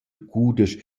cudesch